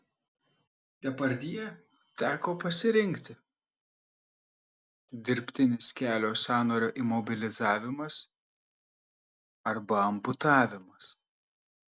depardjė teko pasirinkti dirbtinis kelio sąnario imobilizavimas arba amputavimas